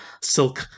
silk